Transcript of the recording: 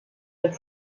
der